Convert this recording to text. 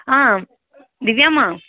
ஆ திவ்யாம்மா